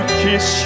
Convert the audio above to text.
kiss